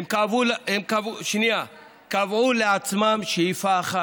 הם קבעו לעצמם שאיפה אחת,